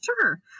Sure